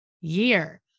year